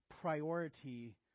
priority